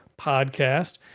podcast